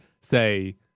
say